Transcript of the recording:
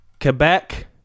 Quebec